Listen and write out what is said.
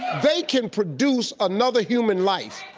they can produce another human life.